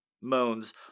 Moans